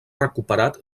recuperat